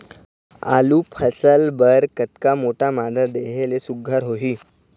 आलू फसल बर कतक मोटा मादा देहे ले सुघ्घर होही?